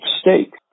stake